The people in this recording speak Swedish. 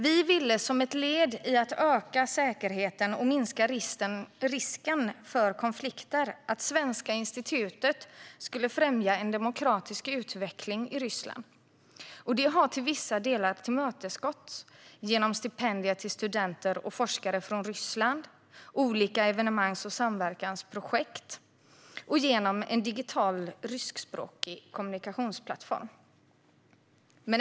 Vi ville som ett led i att öka säkerheten och minska risken för konflikter att Svenska institutet skulle främja en demokratisk utveckling i Ryssland. Detta har till vissa delar tillmötesgåtts genom stipendier till studenter och forskare från Ryssland, olika evenemangs och samverkansprojekt och en digital ryskspråkig kommunikationsplattform.